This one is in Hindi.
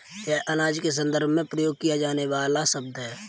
यह अनाज के संदर्भ में प्रयोग किया जाने वाला शब्द है